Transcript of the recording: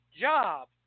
job